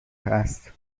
است